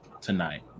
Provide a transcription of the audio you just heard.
tonight